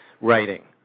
writing